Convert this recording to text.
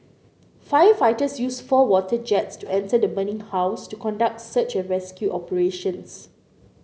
firefighters used four water jets to enter the burning house to conduct search and rescue operations